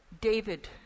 David